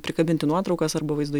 prikabinti nuotraukas arba vaizdo